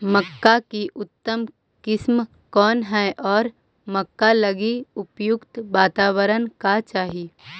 मक्का की उतम किस्म कौन है और मक्का लागि उपयुक्त बाताबरण का चाही?